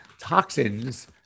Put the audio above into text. toxins